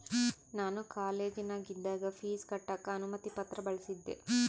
ನಾನು ಕಾಲೇಜಿನಗಿದ್ದಾಗ ಪೀಜ್ ಕಟ್ಟಕ ಅನುಮತಿ ಪತ್ರ ಬಳಿಸಿದ್ದೆ